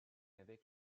avec